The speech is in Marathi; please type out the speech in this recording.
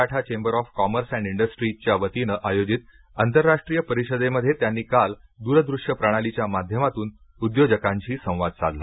Maratha chamber of commerce and इंडस्ट्रीच्या वतीनं आयोजित आंतरराष्ट्रीय परिषदेमध्ये त्यांनी काल दूरदृष्य प्रणालीच्या माध्यमातून उद्योजकांशी संवाद साधला